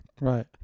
right